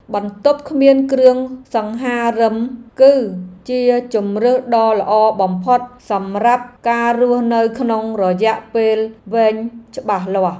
បន្ទប់គ្មានគ្រឿងសង្ហារិមគឺជាជម្រើសដ៏ល្អបំផុតសម្រាប់ការរស់នៅក្នុងរយៈពេលវែងច្បាស់លាស់។